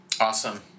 Awesome